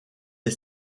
est